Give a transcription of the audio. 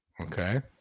okay